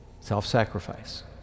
self-sacrifice